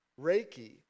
Reiki